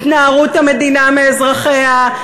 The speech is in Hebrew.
התנערות המדינה מאזרחיה,